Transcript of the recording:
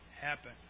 happen